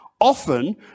often